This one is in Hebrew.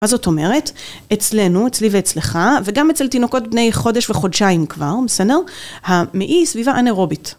מה זאת אומרת, אצלנו, אצלי ואצלך, וגם אצל תינוקות בני חודש וחודשיים כבר, בסדר, המעי סביבה אנאירובית.